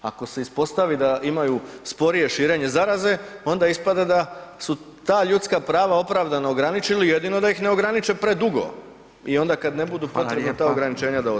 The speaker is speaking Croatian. Ako se ispostavi da imaju sporije širenje zaraze onda ispada da su ta ljudska prava opravdano ograničili jedino da ih ne ograniče predugo i ona kad ne budu potrebna ta ograničenja, da ostanu.